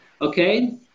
Okay